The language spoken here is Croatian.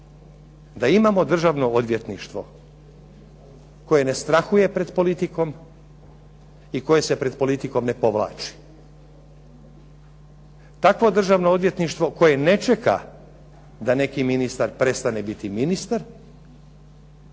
da imamo državno odvjetništvo koje ne strahuje pred politikom i koje se pred politikom ne povlači. Takvo državno odvjetništvo koje ne čeka da neki ministar prestane biti ministar